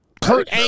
Kurt